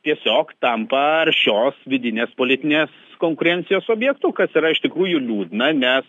tiesiog tampa aršios vidinės politinės konkurencijos objektu kas yra iš tikrųjų liūdna nes